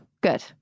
good